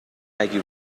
نگیر